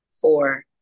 four